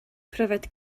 pryfed